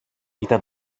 ήταν